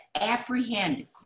apprehend